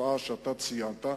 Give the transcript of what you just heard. תופעה שאתה ציינת.